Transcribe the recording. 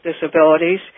disabilities